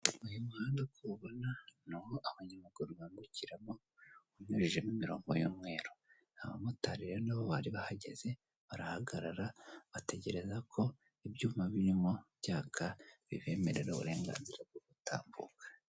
Uyu muhanda uko uwubona ni uwo abanyamuguru bambukiramo unyujijemo imirongo y'umweru, abamotari rero na bo baribahageze barahagarara bategereza ko ibyuma birimo byaka bibemerera uburenganzira bwo gutambuka.